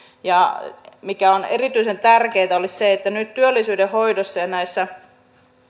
mikä olisi erityisen tärkeätä on se että nyt työllisyyden hoidossa ja näissä